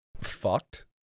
fucked